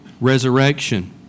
resurrection